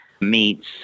meats